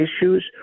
issues